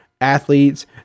athletes